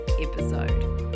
episode